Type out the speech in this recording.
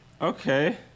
Okay